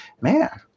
Man